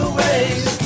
ways